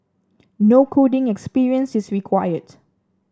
no coding experience is required